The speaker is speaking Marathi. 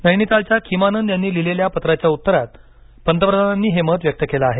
नैनीतालच्या खीमानंद यांनी लिहिलेल्या पत्राच्या उत्तरात पंतप्रधानांनी हे मत व्यक्त केलं आहे